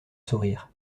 sourire